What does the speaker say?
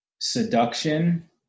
seduction